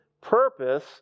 purpose